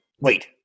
Wait